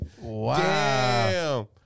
wow